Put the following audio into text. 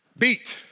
beat